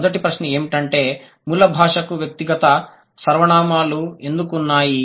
మొదటి ప్రశ్న ఏమిటంటే మూల భాషకు వ్యక్తిగత సర్వనామాలు ఎందుకు ఉన్నాయి